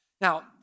Now